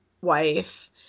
wife